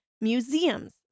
museums